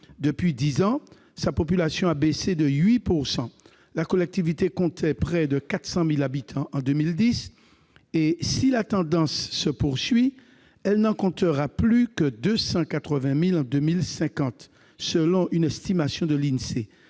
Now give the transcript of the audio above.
Depuis dix ans, sa population a baissé de 8 %. La collectivité comptait près de 400 000 habitants en 2010 et, si la tendance se poursuit, elle n'en comptera plus que 280 000 en 2050, selon une estimation de l'Insee.